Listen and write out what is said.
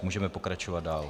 Můžeme pokračovat dál.